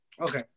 Okay